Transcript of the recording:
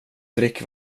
drick